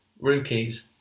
Rookies